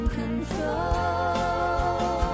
control